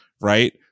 right